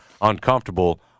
uncomfortable